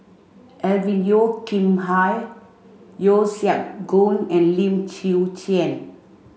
Alvin Yeo Khirn Hai Yeo Siak Goon and Lim Chwee Chian